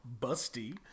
Busty